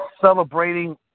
celebrating